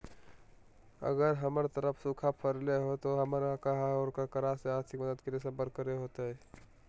अगर हमर तरफ सुखा परले है तो, हमरा कहा और ककरा से आर्थिक मदद के लिए सम्पर्क करे होतय?